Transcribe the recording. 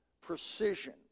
precision